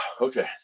okay